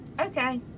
okay